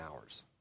hours